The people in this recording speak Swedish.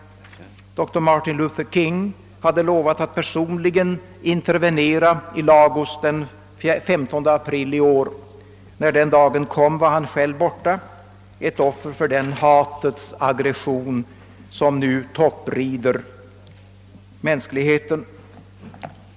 Doktor Martin Luther King hade lovat att personligen intervenera i Lagos den 15 april i år. När den dagen kom var han själv borta — ett offer för den hatets aggression som nu topprider mänskligheten.